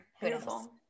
beautiful